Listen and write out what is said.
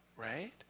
right